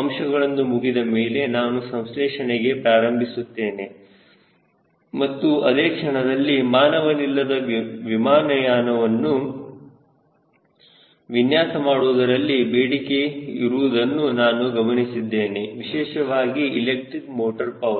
ಅಂಶಗಳು ಮುಗಿದ ಮೇಲೆ ನಾನು ಸಂಶ್ಲೇಷಣೆಗೆ ಪ್ರಾರಂಭಿಸುತ್ತೇನೆ ಮತ್ತು ಅದೇ ಕ್ಷಣದಲ್ಲಿ ಮಾನವನಿಲ್ಲದ ವಾಯುಯಾನವನ್ನು ವಿನ್ಯಾಸ ಮಾಡುವುದರಲ್ಲಿ ಬೇಡಿಕೆ ಇರುವುದನ್ನು ನಾನು ಗಮನಿಸಿದ್ದೇನೆ ವಿಶೇಷವಾಗಿ ಎಲೆಕ್ಟ್ರಿಕ್ ಮೋಟರ್ ಪವರ್